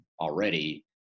already